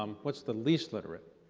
what's the least literate?